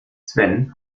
sven